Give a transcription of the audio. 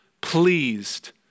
pleased